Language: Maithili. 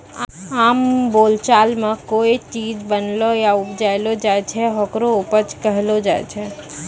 आम बोलचाल मॅ कोय चीज बनैलो या उपजैलो जाय छै, होकरे उपज कहलो जाय छै